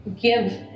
give